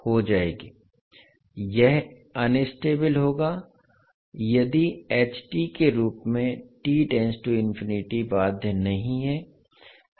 यह अनस्टेबल होगा यदि के रूप में बाध्य बिना है